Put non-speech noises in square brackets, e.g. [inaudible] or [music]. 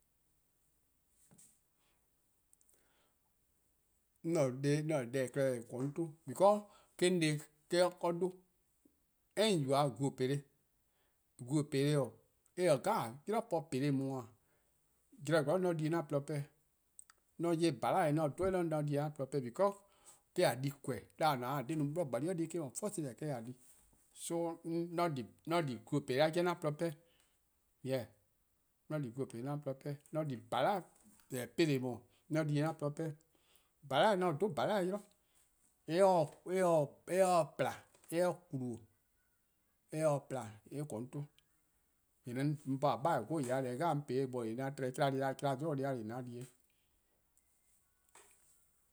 'An [hesitation] deh klehkpeh :eh :korn-a 'on 'ton, because eh-: 'on 'de-a 'dhu, 'en :on yubo-a glu-peleh, glu-peleh-: 'dekorn: 'yli-po :peleh 'jeh-neh: :daa-:, zorn zen zorn bo :mor 'on di-eh 'an :porluh 'pehn-dih, :mor 'on 'ye :bhala'-eh 'on dhe-eh 'yli 'on di-eh 'an :porluh pehn-' dih, because eh-: :a di :weh, ti :a :ne-a 'de :a 'de 'i 'bli :gbalie: 'i eh-: no first-ih deh :a di. So [hesitation] :mor 'on di glu-peleh-a 'jeh 'an :porluh pehn-dih, yes, :mor 'on di glu :peleh 'an :porluh 'pehn-dih. :mor 'on di :bhala', :eh no-a 'peleh 'i :daa, :yee' 'an :porluh 'pehn-dih. :bhala-eh, :mor 'on dhe :bhala-eh 'yli, :mor [hesitation] eh se pla, :mor eh :kmu, eh se pla :yee' eh :korn 'on 'ton. 'On 'bhorn 'beheh: 'go-yor-eh deh :beh 'on po-eh 'de eh bo :yee 'on tba-eh 'chlan, chlan 'zoo deh+-a deh :beh :yee' 'an di-eh o. eh